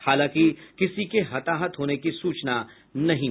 हालांकि किसी की हताहत होने की सूचना नहीं है